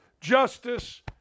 justice